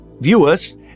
viewers